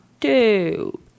two